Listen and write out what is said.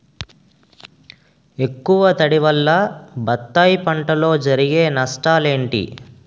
ఎక్కువ తడి వల్ల బత్తాయి పంటలో జరిగే నష్టాలేంటి?